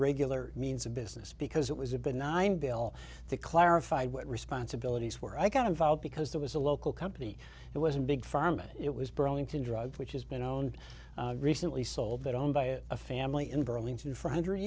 regular means of business because it was a benign bill that clarified what responsibilities were i got involved because that was a local company it wasn't big pharma it was burlington drug which has been known recently sold that owned by a family in burlington for a hundred